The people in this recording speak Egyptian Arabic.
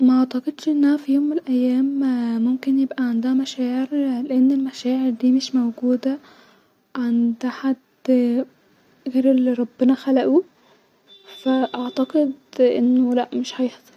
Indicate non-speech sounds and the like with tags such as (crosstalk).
م-عتقدش انها في يوم من الايام (hesitation) ممكن يبقي عندها مشاعر لان المشاعر دي مش موجوده-عند حد غير-الي ربنا خلقو-فا اعتقد انو لا-مش هيحصل